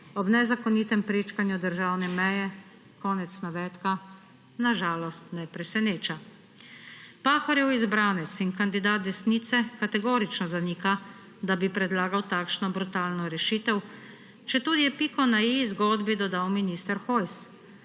ob nezakonitem prečkanju državne meje,« konec navedka, − na žalost ne preseneča. Pahorjev izbranec in kandidat desnice kategorično zanika, da bi predlagal takšno brutalno rešitev, če tudi je piko na i zgodbi dodal minister Hojs.